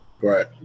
Right